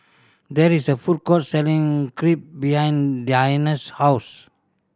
there is a food court selling Crepe behind Diana's house